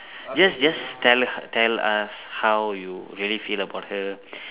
just just tell tell us how you really feel about her